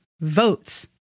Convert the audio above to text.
votes